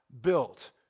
built